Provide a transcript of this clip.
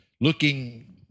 looking